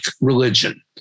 religion